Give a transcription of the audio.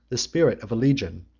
the spirit of a legion,